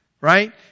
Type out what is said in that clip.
Right